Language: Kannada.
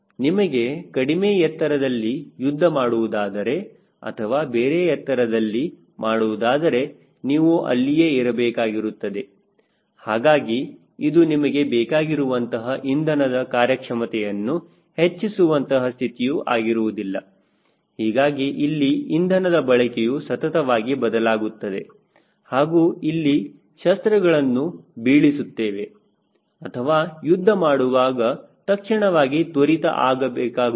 ನಿಮಗೆ ಕಡಿಮೆ ಎತ್ತರದಲ್ಲಿ ಯುದ್ಧ ಮಾಡುವುದಾದರೆ ಅಥವಾ ಬೇರೆ ಎತ್ತರದಲ್ಲಿ ಮಾಡುವುದಾದರೆ ನೀವು ಅಲ್ಲಿಯೇ ಇರಬೇಕಾಗುತ್ತದೆ ಹಾಗಾಗಿ ಅದು ನಿಮಗೆ ಬೇಕಾಗಿರುವಂತಹ ಇಂಧನದ ಕಾರ್ಯಕ್ಷಮತೆಯನ್ನು ಹೆಚ್ಚಿಸುವಂತಹ ಸ್ಥಿತಿಯು ಆಗಿರುವುದಿಲ್ಲ ಹೀಗಾಗಿ ಇಲ್ಲಿ ಇಂಧನದ ಬಳಕೆಯು ಸತತವಾಗಿ ಬದಲಾಗುತ್ತದೆ ಹಾಗೂ ಇಲ್ಲಿ ಶಸ್ತ್ರಗಳನ್ನು ಬೀಳಿಸುತ್ತೇವೆ ಅಥವಾ ಯುದ್ಧ ಮಾಡುವಾಗ ತಕ್ಷಣವಾಗಿ ತ್ವರಿತ ಆಗಬೇಕಾಗುತ್ತದೆ